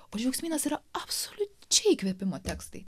o džiaugsmynas yra absoliučiai įkvėpimo tekstai